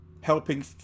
helping